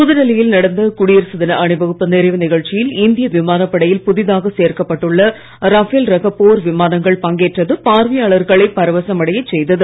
புதுடெல்லியில் நடந்த குடியரசுத் தின அணிவகுப்பு நிறைவு நிகழ்ச்சியில் இந்திய விமானப்படையில் புதிதாக சேர்க்கப்பட்டுள்ள ரபேல் ரக போர் விமானங்கள் பங்கேற்றது பார்வையாளர்களை பரவசம் அடையச் செய்தது